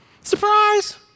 Surprise